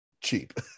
cheap